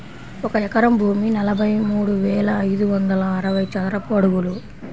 ఒక ఎకరం భూమి నలభై మూడు వేల ఐదు వందల అరవై చదరపు అడుగులు